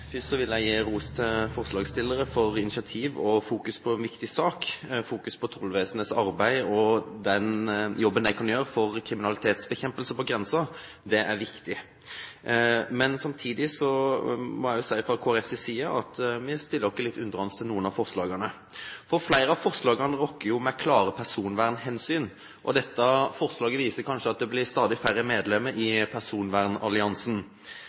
Først vil jeg gi ros til forslagsstillerne for initiativ og fokus på en viktig sak – på tollvesenets arbeid og den jobben de kan gjøre for kriminalitetsbekjempelse på grensen. Det er viktig. Men samtidig må jeg si fra Kristelig Folkepartis side at vi stiller oss litt undrende til noen av forslagene, for flere av dem rokker ved klare personvernhensyn. Og dette representantforslaget viser kanskje at det blir stadig færre medlemmer i personvernalliansen.